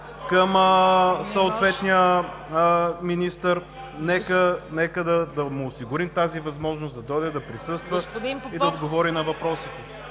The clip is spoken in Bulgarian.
към съответния министър, нека да му осигурим тази възможност – да дойде, да присъства и да отговори на въпросите.